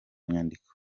nyandiko